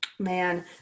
Man